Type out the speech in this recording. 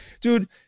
Dude